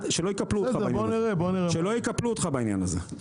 שלא יקפלו אותך בעניין הזה.